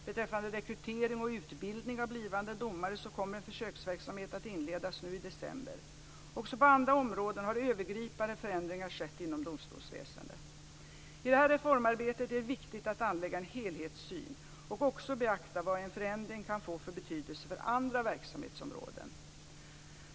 Beträffande rekrytering och utbildning av blivande domare så kommer en försöksverksamhet att inledas nu i december. Också på andra områden har övergripande förändringar skett inom domstolsväsendet. I detta reformarbete är det viktigt att anlägga en helhetssyn och också beakta vad en förändring kan få för betydelse för andra verksamhetsområden.